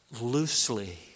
loosely